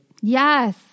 Yes